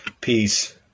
Peace